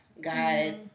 God